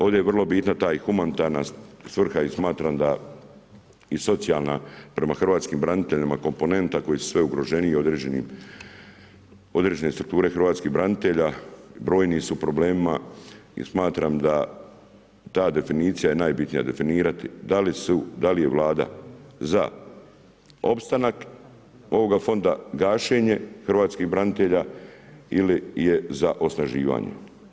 Ovdje je vrlo bitna, ta humanitarna svrha i socijalna prema hrvatskim braniteljima komponenata, koji su sve ugroženiji određene strukture hrvatskim branitelja, u brojnim su problemima i smatram da ta definicija je najbitnije definirati, da li je Vlada za opstanak ovoga fonda, gašenje hrvatskih branitelja ili je za osnaživanje.